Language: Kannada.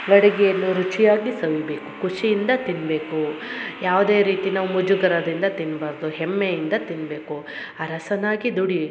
ಅಡಿಗೆಯನ್ನು ರುಚಿಯಾಗಿ ಸವಿಬೇಕು ಖುಷಿಯಿಂದ ತಿನ್ನಬೇಕು ಯಾವುದೇ ರೀತಿ ನಾವು ಮುಜುಗರದಿಂದ ತಿನ್ಬಾರದು ಹೆಮ್ಮೆ ಇಂದ ತಿನ್ನಬೇಕು ಅರಸನಾಗಿ ದುಡಿ